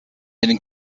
den